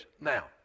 Now